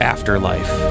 Afterlife